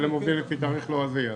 הם עובדים לפי תאריך לועזי.